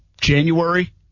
January